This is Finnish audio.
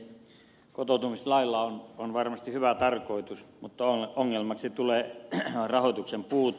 kotoutumislailla on varmasti hyvä tarkoitus mutta ongelmaksi tulee rahoituksen puute